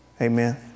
Amen